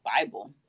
Bible